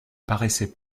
paraissait